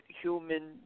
human